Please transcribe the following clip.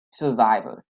survivor